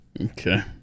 Okay